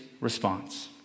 response